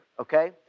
okay